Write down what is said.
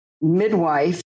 midwife